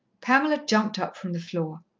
pamela jumped up from the floor.